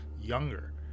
younger